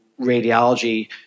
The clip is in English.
radiology